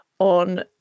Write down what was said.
On